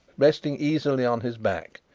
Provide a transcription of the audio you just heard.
resting easily on his back,